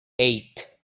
eight